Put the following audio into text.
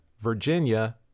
Virginia